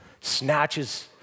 snatches